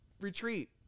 retreat